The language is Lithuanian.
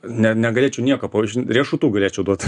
net negalėčiau nieko pavyzdžiui riešutų galėčiau duot